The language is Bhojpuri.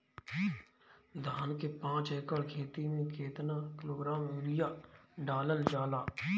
धान के पाँच एकड़ खेती में केतना किलोग्राम यूरिया डालल जाला?